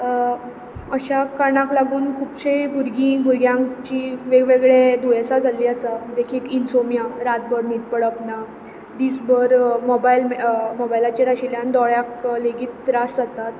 अश्या कारणाक लागून खुबशे भुरगीं भुरग्यांची वेग वेगळे दुयेंसां जाल्लीं आसा देखीक इन्सोम्या रातभर न्हीद पडप ना दीसभर मोबायल मोबायलाचेर आशिल्ल्यान दोळ्यांक लेगीत त्रास जातात